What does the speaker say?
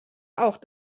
auch